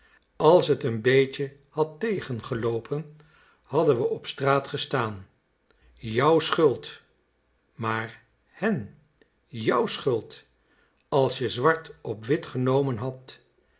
als t een beetje had tegengeloopen hadden we op straat gestaan jouw schuld maar hen jouw schuld als je zwart op wit genomen had